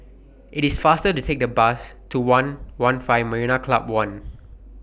IT IS faster to Take The Bus to one one'lfive Marina Club one